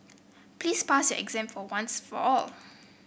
please pass your exam for once for all